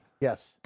Yes